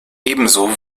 ebenso